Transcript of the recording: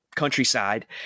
countryside